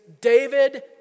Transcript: David